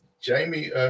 Jamie